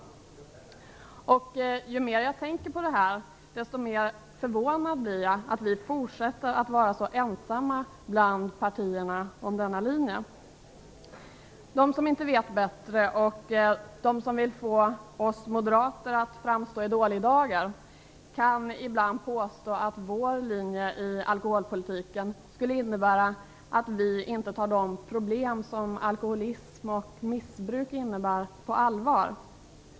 Ju mer jag tänker på det här, desto mer förvånad blir jag över att vi fortsätter att vara så ensamma bland partierna om denna linje. De som inte vet bättre och de som vill få oss moderater att framstå i dålig dager kan ibland påstå att vår linje i alkholpolitiken skulle innebära att vi inte tar de problem som alkholism och missbruk innebär på allvar.